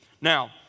Now